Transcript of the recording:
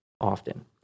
often